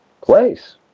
place